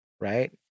right